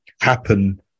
happen